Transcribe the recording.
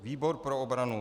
Výbor pro obranu